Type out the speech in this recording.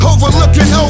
Overlooking